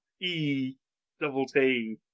E-double-T